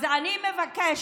אז אני מבקשת